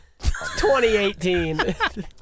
2018